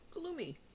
gloomy